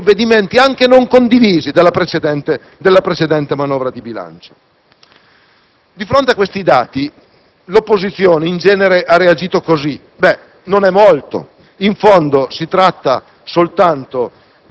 bilancio, di assumersi la responsabilità dell'attuazione di provvedimenti anche non condivisi della precedente manovra di bilancio. Di fronte a questi dati, l'opposizione in genere ha reagito